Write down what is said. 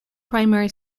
primary